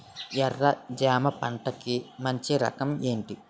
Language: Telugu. ఎర్ర జమ పంట కి మంచి రకం ఏంటి?